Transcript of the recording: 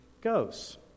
goes